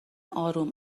آروم